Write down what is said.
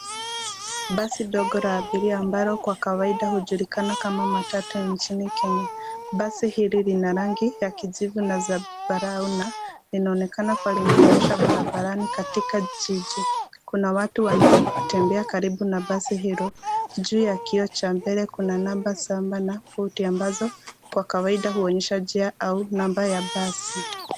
Basi dogo la abiria ambalo kwa kawaida hujulikana kama matatu nchini Kenya. Basi hili lina rangi ya kijivu na zambarau, na linaonekana kuwa limeegeshwa barabarani katika jiji. Kuna watu wanatembea karibu na basi hilo. Juu ya kioo cha mbele kuna namba saba na forty , ambazo kwa kawaida huonyesha njia au namba ya basi.